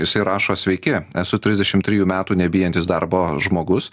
jisai rašo sveiki esu trisdešim trijų metų nebijantis darbo žmogus